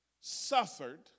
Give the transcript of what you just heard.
suffered